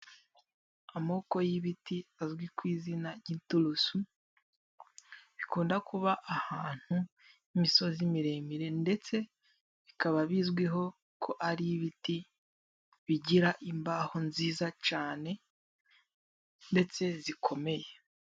Amoko y'ibiti azwi ku izina giturusu. Bikunda kuba ahantu h'imisozi miremire ndetse bikaba bizwiho ko ari ibiti，bigira imbaho nziza cane ndetse zikomeye.